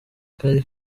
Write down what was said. kari